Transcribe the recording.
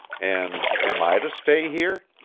and am i to stay here?